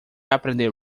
aprender